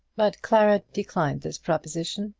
but clara declined this proposition,